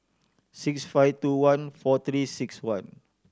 six five two one four Three Six One